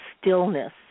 stillness